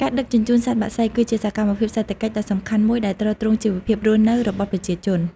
ការដឹកជញ្ជូនសត្វបក្សី គឺជាសកម្មភាពសេដ្ឋកិច្ចដ៏សំខាន់មួយដែលទ្រទ្រង់ជីវភាពរស់នៅរបស់ប្រជាជន។